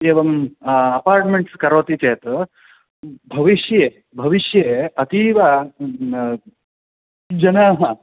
एवम् अपार्टमेण्ट्स् करोति चेत् भविष्ये भविष्ये अतीव जनाः